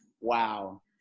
wow